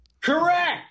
Correct